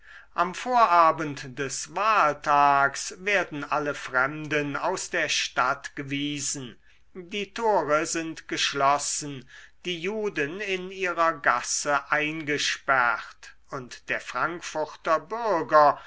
am vorabend des wahltags werden alle fremden aus der stadt gewiesen die tore sind geschlossen die juden in ihrer gasse eingesperrt und der frankfurter bürger